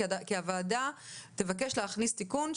כי הוועדה תבקש להכניס תיקון,